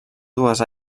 dues